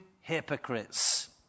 hypocrites